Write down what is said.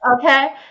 okay